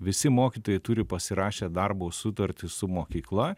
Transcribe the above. visi mokytojai turi pasirašę darbo sutartis su mokykla